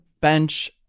bench